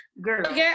girl